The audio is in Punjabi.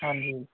ਹਾਂਜੀ